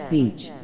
Beach